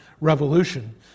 revolution